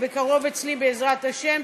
בקרוב אצלי, בעזרת השם.